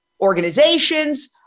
organizations